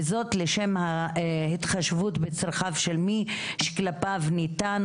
וזאת לשם התחשבות בצרכיו של מי שכלפיו ניתן